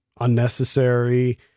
unnecessary